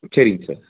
ம் சரிங்க சார்